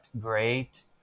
great